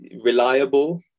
reliable